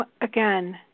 Again